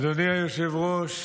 אדוני היושב-ראש,